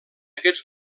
aquests